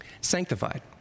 Sanctified